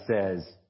says